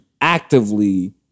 actively